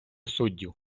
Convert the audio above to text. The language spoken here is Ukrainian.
суддів